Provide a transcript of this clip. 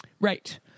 right